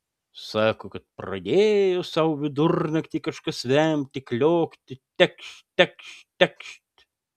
sako kad pradėjo sau vidurnaktį kažkas vemti kliokti tekšt tekšt tekšt